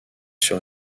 sur